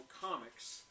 comics